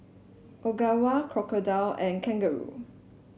Ogawa Crocodile and Kangaroo